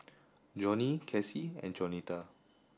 Johnny Casie and Jaunita